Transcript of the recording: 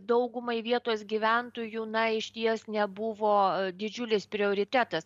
daugumai vietos gyventojų na išties nebuvo didžiulis prioritetas